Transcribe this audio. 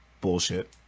bullshit